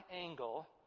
angle